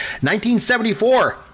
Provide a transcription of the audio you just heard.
1974